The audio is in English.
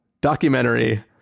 documentary